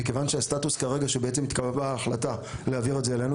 מכיוון שהסטטוס כרגע הוא שבעצם התקבלה החלטה להעביר את זה אלינו,